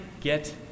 get